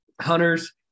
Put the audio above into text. hunters